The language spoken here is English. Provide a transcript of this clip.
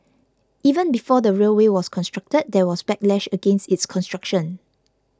even before the railway was constructed there was backlash against its construction